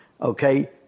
okay